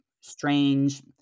strange